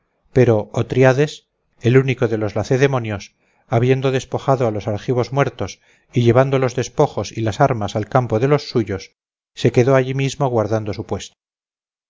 pero othryades el único de los lacedemonios habiendo despojado a los argivos muertos y llevado los despojos y las armas al campo de los suyos se quedó allí mismo guardando su puesto